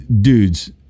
dudes